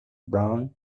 brown